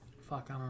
Fuck